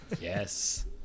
yes